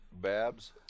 Babs